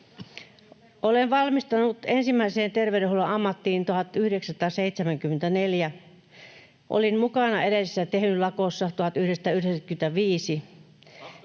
Olen valmistunut ensimmäiseen terveydenhuollon ammattiin 1974. Olin mukana edellisessä Tehy-lakossa 1995.